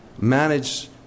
manage